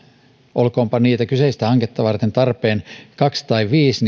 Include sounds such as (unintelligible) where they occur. olkoonpa niin että kyseistä hanketta varten on tarpeen kaksi tai viisi (unintelligible)